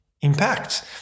impact